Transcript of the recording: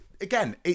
Again